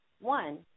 one